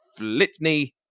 Flitney